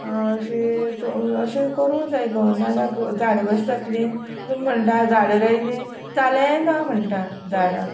अशें तूं अशें करूं जाय गो नाजाल्यार झाडां कशी जातली तुमी म्हणटा झाडां रोयली जालें ना म्हणटा झाडां